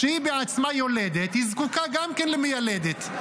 כשהיא בעצמה יולדת היא זקוקה גם כן למיילדת.